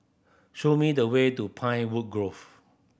show me the way to Pinewood Grove